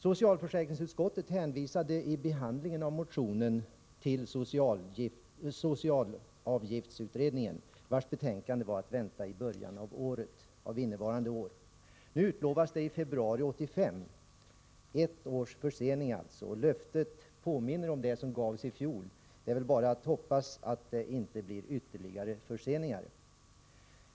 Socialförsäkringsutskottet hänvisade vid behandlingen av motionen till socialavgiftsutredningen, vars betänkande var att vänta i början av innevarande år. Nu utlovas det i februari 1985 — ett års försening alltså. Löftet påminner om det som gavs i fjol. Det är väl bara att hoppas att det inte blir ytterligare förseningar.